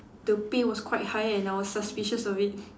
the pay was quite high and I was suspicious of it